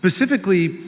Specifically